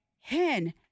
hen